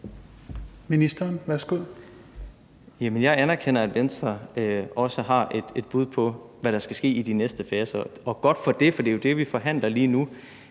(Simon Kollerup): Jeg anerkender, at Venstre også har et bud på, hvad der skal ske i de næste faser, og godt for det, for det er jo det, vi forhandler om lige nu.